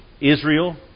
Israel